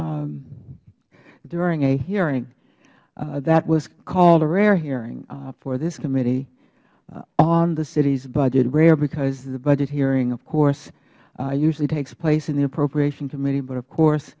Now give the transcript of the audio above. came during a hearing that was called a rare hearing for this committee on the citys budget rare because the budget hearing of course usually takes place in the appropriations committee but of course